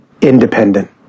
independent